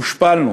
הושפלנו,